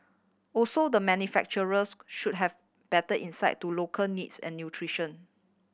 also the manufacturers should have better insight to local needs and nutrition